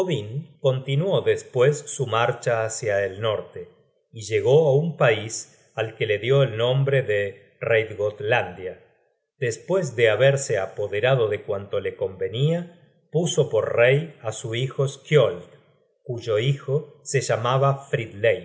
continuó despues su marcha hácia el norte y llegó á un pais al que dió el nombre de reidgotalandia despues de haberse apoderado de cuanto le convenia puso por rey á su hijo skioeld cuyo hijo se llamaba